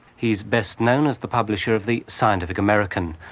he is best known as the publisher of the scientific american,